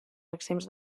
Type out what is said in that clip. extrems